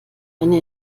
eine